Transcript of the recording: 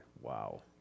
Wow